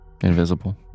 Invisible